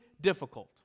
difficult